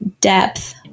depth